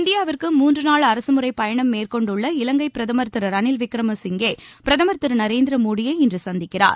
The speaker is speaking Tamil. இந்தியாவிற்கு மூன்றுநாள் அரசமுறைப் பயணம் மேற்கொண்டுள்ள இவங்கை பிரதமர் திரு ரனில் விக்கிரம சிங்கே பிரதமர் நரேந்திர மோடியை இன்று சந்திக்கிறார்